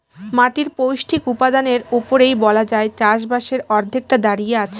মাটির পৌষ্টিক উপাদানের উপরেই বলা যায় চাষবাসের অর্ধেকটা দাঁড়িয়ে আছে